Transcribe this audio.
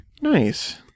nice